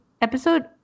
Episode